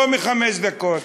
לא מחמש דקות.